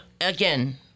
Again